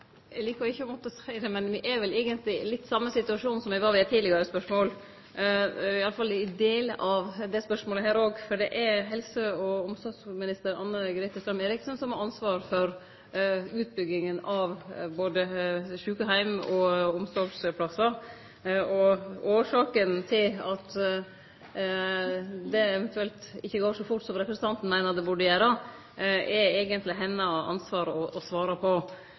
Eg likar ikkje å måtte seie det, men me er vel eigentleg litt i den same situasjonen som me var i i eit tidlegare spørsmål – i alle fall når det gjeld delar av dette spørsmålet. Det er helse- og omsorgsminister Anne-Grete Strøm-Erichsen som har ansvaret for utbygginga av både sjukeheimar og omsorgsplassar. Årsaka til at det eventuelt ikkje går så fort som representanten meiner det burde gjere, er det eigentleg hennar ansvar å svare på.